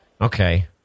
Okay